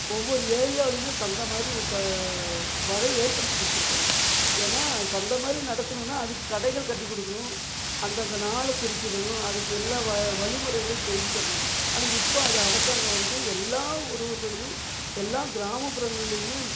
ஒவ்வொரு ஏரியாவுலேயுமே சந்தை மாதிரி இப்போ வரை ஏற்படுத்தி கொடுத்துருக்காங்க ஏன்னால் அது சந்தை மாதிரி நடத்தணும்னா அதுக்கு கடைகள் கட்டிக் கொடுக்கணும் அந்த அந்த நாளக் குறிக்கணும் அதுக்கு எல்லா வ வழிமுறைகளையும் செய்து தரணும் ஆனால் இப்போ அது அரசாங்கம் வந்து எல்லா உறவுகளையும் எல்லா கிராமப்புறங்கள்லேயுமே